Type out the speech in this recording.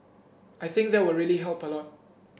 I think that will really help a lot